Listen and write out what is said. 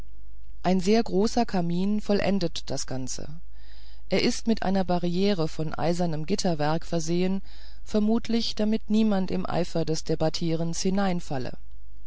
ein sehr großer kamin vollendet das ganze er ist mit einer barriere von eisernem gitterwerke versehen vermutlich damit niemand im eifer des debattierens